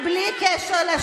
אבל אני, בלי קשר לשאלה,